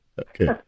Okay